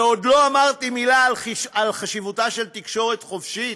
ועוד לא אמרתי מילה על חשיבותה של תקשורת חופשית